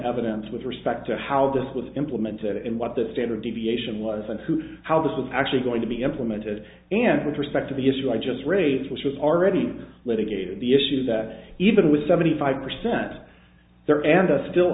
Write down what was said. evidence with respect to how this was implemented and what that standard deviation was and who how this was actually going to be implemented and with respect to the issue i just raised which was already litigated the issue that even with seventy five percent there and the still